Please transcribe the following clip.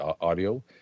audio